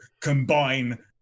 combine